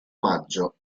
maggio